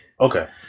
Okay